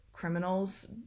Criminals